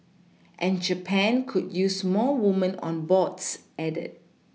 and Japan could use more woman on boards added